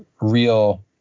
real